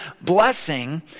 blessing